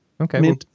Okay